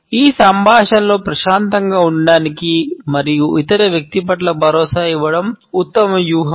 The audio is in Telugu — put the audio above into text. ఈ సంభాషణలో ప్రశాంతంగా ఉండటానికి మరియు ఇతర వ్యక్తి పట్ల భరోసా ఇవ్వడం ఉత్తమ వ్యూహం